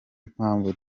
mpamvu